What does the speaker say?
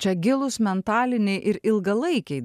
čia gilūs mentaliniai ir ilgalaikiai